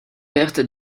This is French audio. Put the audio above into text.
pertes